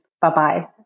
Bye-bye